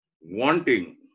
wanting